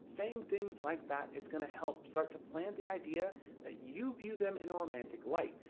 saying things like that is going to help start to plant the idea that you view them in a romantic light.